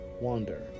wander